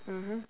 mmhmm